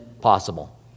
possible